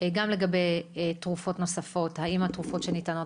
גם לגבי תרופות נוספות האם התרופות שניתנות